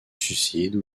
suicide